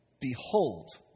Behold